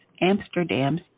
Amsterdam's